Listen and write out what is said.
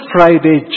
Friday